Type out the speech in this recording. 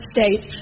States